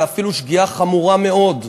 ואפילו שגיאה חמורה מאוד.